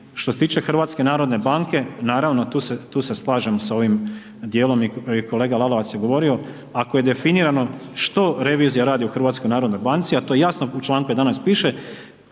Što se tiče HNB-a, naravno tu se slažem sa ovim djelom i kolega Lalovac je govorio, ako je definirano što revizija radi u HNB-u a to jasno u članku 11. piše,